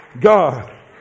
God